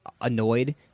annoyed